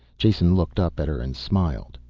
jason looked up at her and smiled.